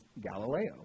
Galileo